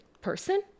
person